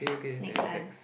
next one